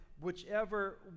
whichever